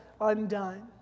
undone